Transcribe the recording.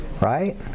right